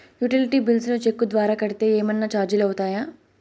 Utility bills ను cheque ద్వారా కట్టితే ఏమన్నా చార్జీలు అవుతాయా?